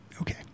okay